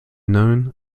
known